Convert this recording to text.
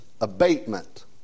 abatement